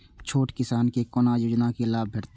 छोट किसान के कोना योजना के लाभ भेटते?